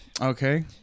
Okay